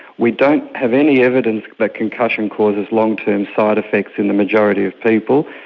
we don't have any evidence that concussion causes long-term side-effects in the majority of people.